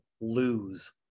lose